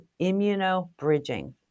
immunobridging